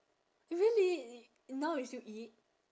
really now you still eat